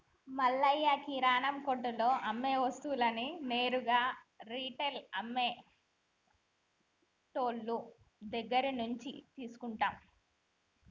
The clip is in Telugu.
మల్లయ్య కిరానా కొట్టులో అమ్మే వస్తువులన్నీ నేరుగా రిటైల్ అమ్మె టోళ్ళు దగ్గరినుంచే తీసుకుంటాం